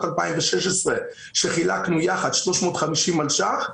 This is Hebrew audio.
2016 עת חילקנו יחד 350 מיליון שקלים.